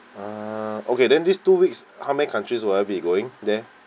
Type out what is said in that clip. ah okay then these two weeks how many countries will I be be going there